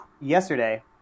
Yesterday